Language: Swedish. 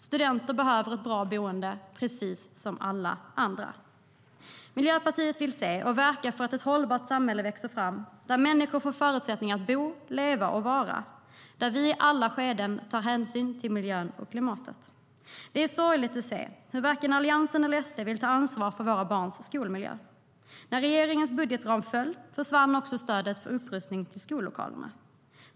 Studenter behöver ett bra boende precis som alla andra. Miljöpartiet vill verka för att ett hållbart samhälle växer fram där människor får förutsättningar att bo, leva och vara, och där vi i alla skeden tar hänsyn till miljön och klimatet. Det är sorgligt att se hur varken Alliansen eller SD vill ta ansvar för våra barns skolmiljö. När regeringens budgetram föll försvann stödet till upprustning av skollokalerna.